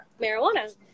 marijuana